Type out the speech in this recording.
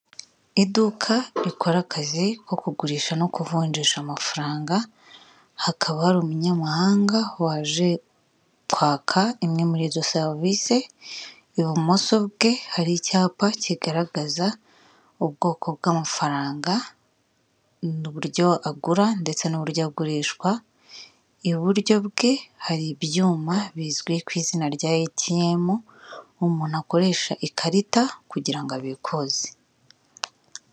Iduka rikora akazi ko kugurisha no kuvunjisha amafaranga, hakaba hari umunyamahanga waje kwaka imwe muri izo serivice, ibumoso bwe hari icyapa kigaragaza ubwoko bw'amafaranga n'uburyo agura ndetse n'uburyo agurishwa, iburyo bwe hari ibyuma bizwi ku izina etiyemu, umuntu akoresha ikarita kugirango abikuze.